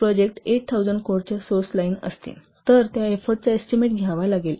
project 8000 कोडच्या source line असतील तर त्या एफोर्टचा एस्टीमेट घ्यावा लागेल